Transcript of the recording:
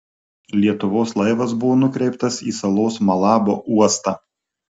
lietuvos laivas buvo nukreiptas į salos malabo uostą